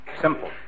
Simple